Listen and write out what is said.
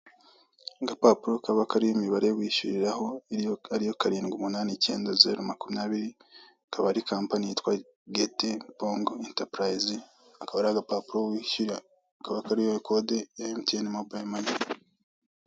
Agapapuro kaba kariho imibare wishyuriraho ariyo karindwi umunani icyenda zeru makumyabiri akaba ari kampani yitwa geti pongo intapurayizi hakaba hariho agapapuro wishyura kaba kariho kode ya emutiyeni mobayiromane.